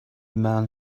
mann